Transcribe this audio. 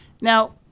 Now